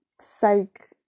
psych